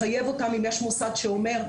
אם יש מוסד שאומר,